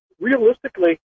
realistically